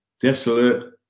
desolate